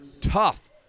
tough